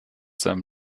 seinem